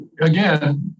again